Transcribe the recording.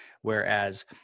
whereas